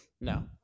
no